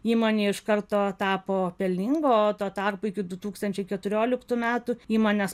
įmonė iš karto tapo pelninga o tuo tarpu iki du tūkstančiai keturioliktų metų įmonės